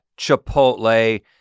Chipotle